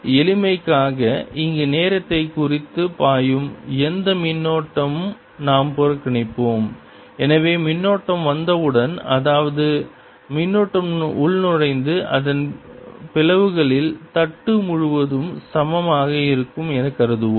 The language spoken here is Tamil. எளிமைக்காக இங்கு நேரத்தை குறித்து பாயும் எந்த மின்னோட்டம் நாம் புறக்கணிப்போம் எனவே மின்னோட்டம் வந்தவுடன் அதாவது மின்னூட்டம் உள்நுழைந்து அதன் பிளவுகளில் தட்டு முழுவதும் சமமாக இருக்கும் என கருதுவோம்